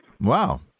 Wow